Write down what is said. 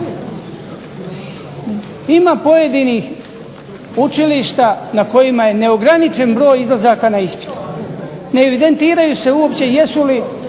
Ima pojedinih učilišta na kojima je neograničen broj izlazaka na ispit. Ne evidentiraju se uopće jesu li